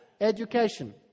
Education